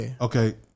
Okay